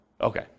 Okay